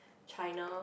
China